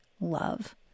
love